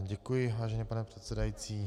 Děkuji, vážený pane předsedající.